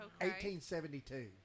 1872